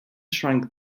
shrank